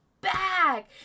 back